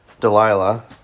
Delilah